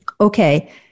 Okay